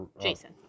Jason